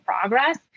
progress